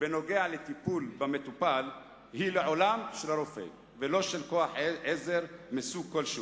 במה שקשור לטיפול היא לעולם של הרופא ולא של כוח עזר מסוג כלשהו.